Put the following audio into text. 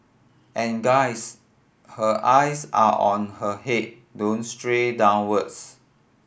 and guys her eyes are on her head don't stray downwards